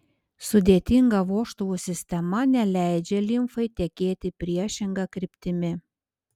sudėtinga vožtuvų sistema neleidžia limfai tekėti priešinga kryptimi